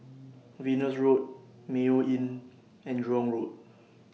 Venus Road Mayo Inn and Jurong Road